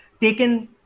taken